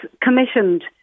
commissioned